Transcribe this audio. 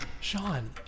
Sean